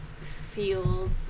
feels